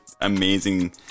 amazing